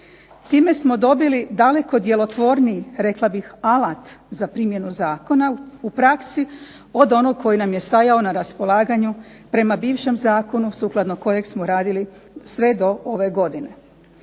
Time smo dobili daleko djelotvorniji, rekla bih, alat za primjenu zakona u praksi, od onog koji nam je stajao na raspolaganju prema bivšem zakonu sukladno kojeg smo radili sve do ove godine.